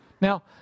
Now